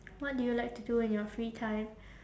what do you like to do in your free time